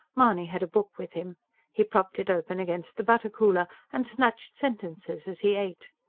mahony had a book with him he propped it open against the butter-cooler, and snatched sentences as he ate.